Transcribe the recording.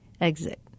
exit